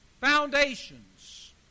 Foundations